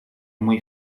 muy